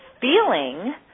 feeling